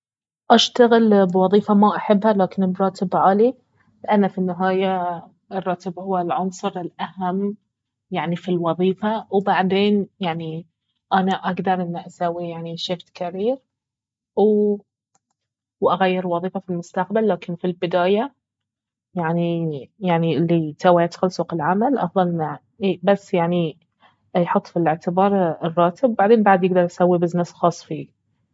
اشتغل بوظيفة ما احبها لكن براتب عالي لانه في النهاية الراتب اهو العنصر الأهم يعني في الوظيفة وبعدين يعني انا اقدر انه اسوي يعني شفت كرير و- واغير وظيفة في المستقبل لكن في البدابة يعني- يعني الي توه يدخل سوق العمل افضل انه أي بس يعني يحط في الاعتبار الراتب بعدين بعد يقدر يسوي بزنس خاص فيه